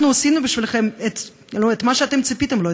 אנחנו עשינו בשבילכם את מה שאתם ציפיתם לו,